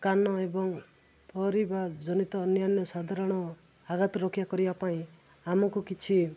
କାନ ଏବଂ ପରିବା ଜନିତ ଅନ୍ୟାନ୍ୟ ସାଧାରଣ ଆଘାତ ରକ୍ଷା କରିବା ପାଇଁ ଆମକୁ କିଛି